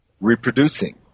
reproducing